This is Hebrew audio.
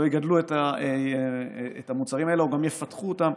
לא יגדלו את המוצרים האלה או גם יפתחו אותם?